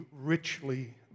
richly